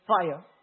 fire